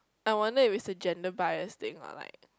I wonder if it's a gender bias thing lah like